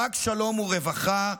רק שלום הוא רווחה,